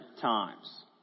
times